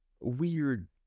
weird